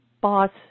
boss